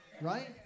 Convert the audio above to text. Right